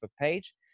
page